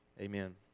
amen